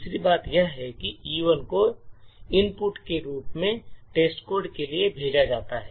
दूसरी बात यह है कि E1 को इनपुट के रूप में टेस्टकोड के लिए भेजा जाता है